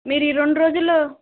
మీరు ఈ రెండు రోజుల్లో